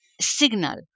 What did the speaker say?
signal